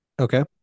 Okay